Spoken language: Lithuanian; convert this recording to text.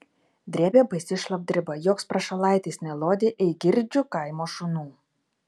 drėbė baisi šlapdriba joks prašalaitis nelodė eigirdžių kaimo šunų